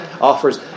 offers